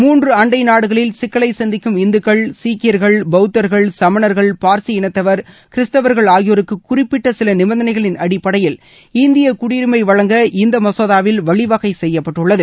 மூன்று அண்டை நாடுகளில் சிக்கலை சந்திக்கும் இந்துக்கள் சீக்கியர்கள் பவுத்தர்கள் சமணர்கள் பார்லி இனத்தவர் கிருஸ்த்தவர்கள் ஆகியோருக்கு குறிப்பிட்ட சில நிபந்தனைகளின் அடிப்படையில் இந்திய குடியுரிமை வழங்க இந்த மசோதாவில் வழிவகை செய்யப்பட்டுள்ளது